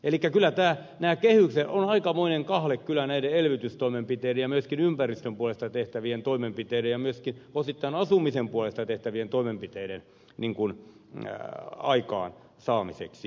eli kyllä nämä kehykset ovat aikamoinen kahle elvytystoimenpiteiden ja myöskin ympäristön puolesta tehtävien toimenpiteiden ja myöskin osittain asumisen puolesta tehtävien toimenpiteiden aikaansaamisessa